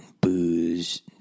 booze